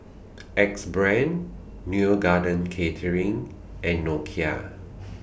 Axe Brand Neo Garden Catering and Nokia